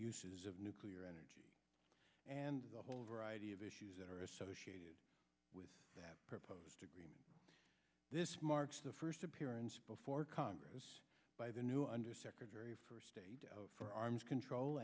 uses of nuclear energy and a whole variety of issues that are associated with that proposed agreement this marks the first appearance before congress by the new undersecretary for state of for arms control